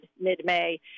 mid-May